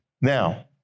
Now